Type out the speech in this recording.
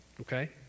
Okay